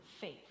faith